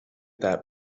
that